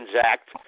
Act